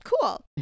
cool